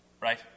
Right